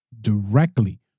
directly